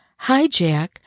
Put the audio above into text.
hijack